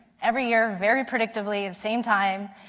every year, very predictably the same time,